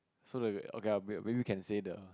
so that err okay err maybe we can say the